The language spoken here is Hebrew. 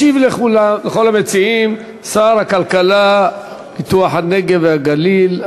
ישיב לכל המציעים שר הכלכלה והנגב והגליל,